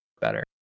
better